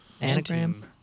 Anagram